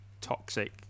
toxic